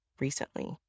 recently